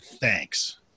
thanks